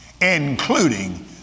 including